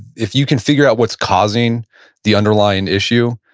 if you can figure out what's causing the underlying issue,